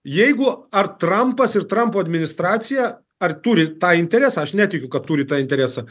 jeigu ar trampas ir trampo administracija ar turi tą interesą aš netikiu kad turi tą interesą